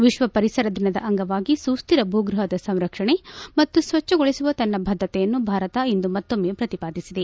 ವಿತ್ತ ಪರಿಸರದ ದಿನದ ಅಂಗವಾಗಿ ಸುಹಿರ ಭೂಗ್ರಹದ ಸಂರಕ್ಷಣೆ ಮತ್ತು ಸ್ವಜ್ಞಗೊಳಿಸುವ ತನ್ನ ಬದ್ಧತೆನ್ನು ಭಾರತ ಇಂದು ಮತ್ತೊಮ್ಮೆ ಪ್ರತಿಪಾದಿಸಿದೆ